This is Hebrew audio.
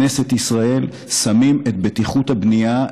שמים את בטיחות הבנייה,